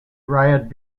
riot